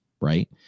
right